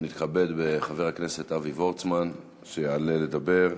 נתכבד בחבר הכנסת אבי וורצמן שיעלה לדבר,